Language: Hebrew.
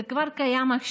זה קיים כבר עכשיו.